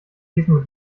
diesmal